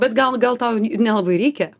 bet gal gal tau nelabai reikia